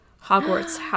Hogwarts